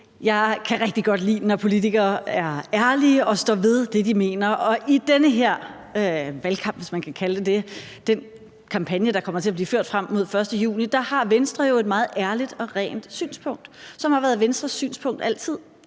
Jeg kan rigtig godt lide, når politikere er ærlige og står ved det, de mener. Og i den her valgkamp, hvis man kan kalde det det, den kampagne, der kommer til at blive ført frem mod den 1. juni, har Venstre jo et meget ærligt og rent synspunkt, som har været Venstres synspunkt altid,